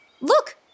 look